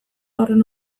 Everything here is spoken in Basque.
horren